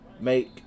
make